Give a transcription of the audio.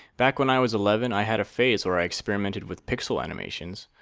back when i was eleven, i had a phase where i experimented with pixel animations.